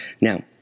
Now